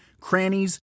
crannies